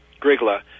Grigla